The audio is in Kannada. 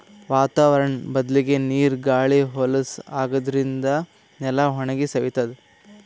ವಾತಾವರ್ಣ್ ಬದ್ಲಾಗಿ ನೀರ್ ಗಾಳಿ ಹೊಲಸ್ ಆಗಾದ್ರಿನ್ದ ನೆಲ ಒಣಗಿ ಸವಿತದ್